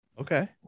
okay